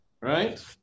right